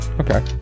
Okay